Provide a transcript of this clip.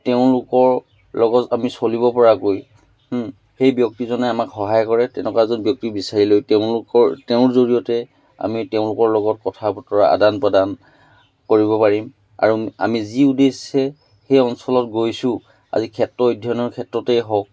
তেওঁলোকৰ লগত আমি চলিব পৰাকৈ সেই ব্যক্তিজনে আমাক সহায় কৰে তেনেকুৱা এজন ব্যক্তি বিচাৰি লৈ তেওঁলোকৰ তেওঁৰ জৰিয়তে আমি তেওঁলোকৰ লগত কথা বতৰা আদান প্ৰদান কৰিব পাৰিম আৰু আমি যি উদ্দেশ্যে সেই অঞ্চলত গৈছোঁ আজি ক্ষেত্ৰ অধ্যয়নৰ ক্ষেত্ৰতেই হওক